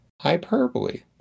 hyperbole